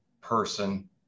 person